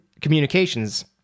communications